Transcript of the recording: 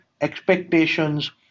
expectations